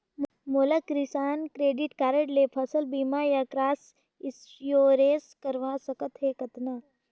मोला किसान credit card ले फसल बीमा या क्रॉप इंश्योरेंस करवा सकथ हे कतना?